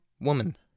woman